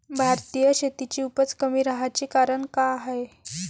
भारतीय शेतीची उपज कमी राहाची कारन का हाय?